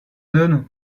donne